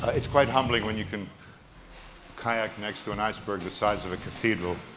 it's quite humbling when you can kayak next to an iceberg the size of a cathedral.